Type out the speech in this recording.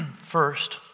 First